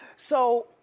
so,